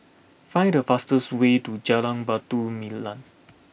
find the fastest way to Jalan Batu Nilam